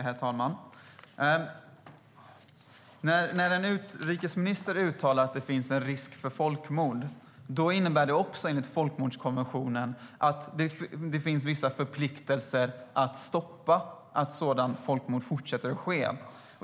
Herr talman! När en utrikesminister uttalar att det finns en risk för folkmord innebär det enligt folkmordskonventionen att det finns vissa förpliktelser att stoppa sådana folkmord.